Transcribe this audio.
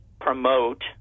promote